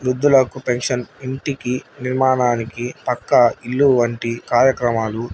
వృద్ధులకు పెన్షన్ ఇంటికి నిర్మాణానికి పక్కా ఇల్లు వంటి కార్యక్రమాలు